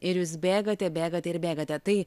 ir jūs bėgate bėgate ir bėgate tai